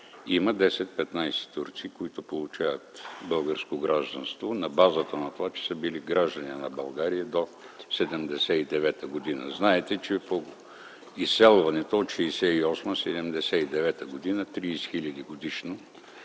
има 10-15 турци, които получават българско гражданство, на базата на това, че са били граждани на България до 1979 г. Знаете, че с изселването от 1968 до 1979 г. 30 хиляди души